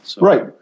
Right